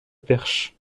perche